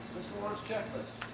launch checklist.